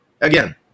Again